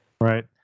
Right